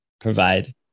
provide